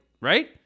Right